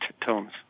tones